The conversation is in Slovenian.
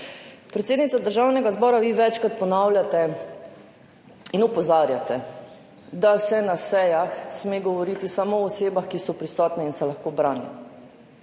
Predsednica Državnega zbora, vi večkrat ponavljate in opozarjate, da se na sejah sme govoriti samo o osebah, ki so prisotne in se lahko branijo.